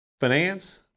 finance